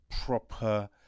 proper